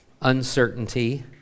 uncertainty